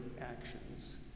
actions